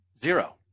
Zero